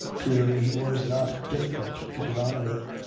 clearly he was not difficult to get on with.